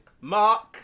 Mark